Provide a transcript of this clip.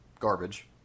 Garbage